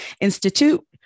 Institute